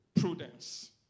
Prudence